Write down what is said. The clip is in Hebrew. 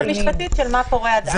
שאלת --- היועצת המשפטית של מה קורה עד אז.